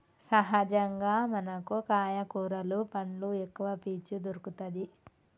సహజంగా మనకు కాయ కూరలు పండ్లు ఎక్కవ పీచు దొరుకతది